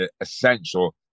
essential